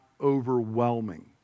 overwhelming